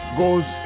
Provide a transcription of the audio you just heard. goes